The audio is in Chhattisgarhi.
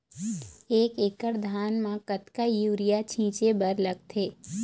एक एकड़ धान म कतका यूरिया छींचे बर लगथे?